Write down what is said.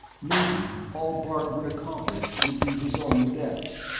maybe all bart would accomplish would be his own death!